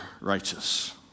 righteous